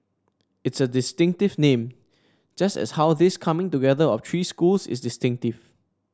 it's a distinctive name just as how this coming together of three schools is distinctive